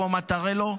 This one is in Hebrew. כמו מטרלו,